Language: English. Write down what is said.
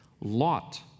Lot